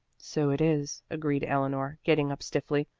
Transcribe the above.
so it is, agreed eleanor, getting up stiffly.